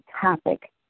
topic